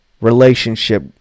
relationship